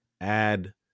add